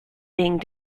being